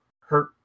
hurt